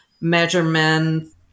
measurements